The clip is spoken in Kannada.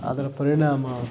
ಅದರ ಪರಿಣಾಮ